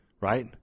Right